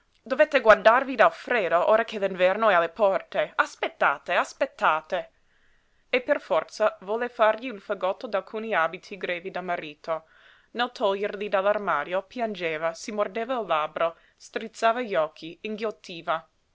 dovete guardarvi dal freddo ora che l'inverno è alle porte aspettate aspettate e per forza volle fargli un fagotto d'alcuni abiti grevi del marito nel toglierli dall'armadio piangeva si mordeva il labbro strizzava gli occhi inghiottiva